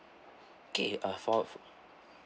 okay uh for